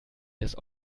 das